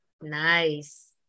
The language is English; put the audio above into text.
Nice